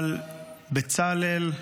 אבל בצלאל,